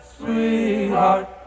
sweetheart